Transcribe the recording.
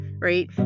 right